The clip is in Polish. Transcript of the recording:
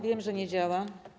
Wiem, że nie działa.